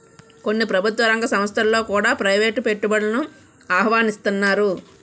కొన్ని ప్రభుత్వ రంగ సంస్థలలో కూడా ప్రైవేటు పెట్టుబడులను ఆహ్వానిస్తన్నారు